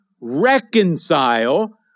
reconcile